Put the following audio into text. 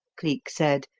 cleek said,